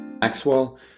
Maxwell